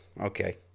Okay